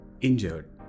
injured